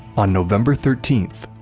on november thirteen,